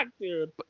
dude